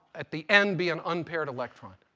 at the end, be an unpaired electron.